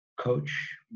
coach